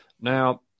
Now